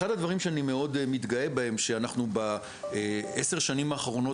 אחד הדברים שאני מאוד מתגאה בהם הוא שאנחנו בעשר השנים האחרונות,